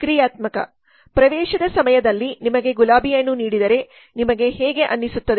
ಕ್ರಿಯಾತ್ಮಕ ಪ್ರವೇಶದ ಸಮಯದಲ್ಲಿ ನಿಮಗೆ ಗುಲಾಬಿಯನ್ನು ನೀಡಿದರೆ ನಿಮಗೆ ಹೇಗೆ ಅನಿಸುತ್ತದೆ